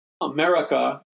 America